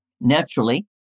Naturally